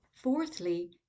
Fourthly